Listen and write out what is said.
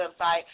website